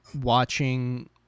watching